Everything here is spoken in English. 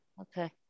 Okay